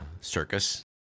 circus